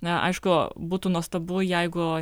na aišku būtų nuostabu jeigu